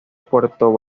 puerto